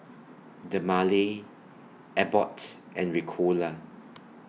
Dermale Abbott and Ricola